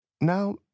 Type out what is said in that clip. Now